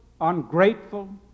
ungrateful